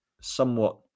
somewhat